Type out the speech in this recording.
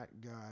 God